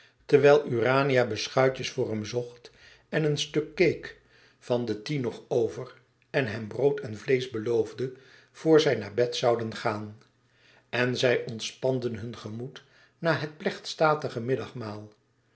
terwijl urania beschuitjes voor hem zocht en een stuk cake van de tea nog over en hem brood en vleesch beloofde voor zij naar bed zouden gaan en zij ontspanden hun gemoed na het plechtstatige middagmaal